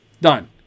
Done